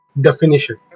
definition